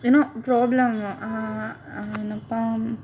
ಏನೋ ಪ್ರಾಬ್ಲಮ್ ಏನಪ್ಪ